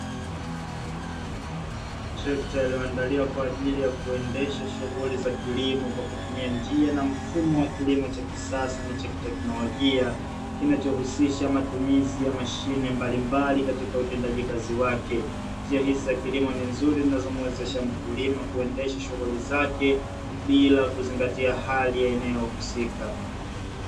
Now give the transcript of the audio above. Trekta iliyoandaliwa kwa ajili ya kuendesha shughuli za kilimo kwa kutumia njia na mfumo wa kilimo cha kisasa na cha kiteknolojia, kinachohusisha matumizi ya mashine mbalimbali katika utendaji kazi wake. Njia hizi za kilimo ni nzuri zinazomuwezesha mkulima kuendesha shughuli zake, bila kuzingatia hali ya eneo husika.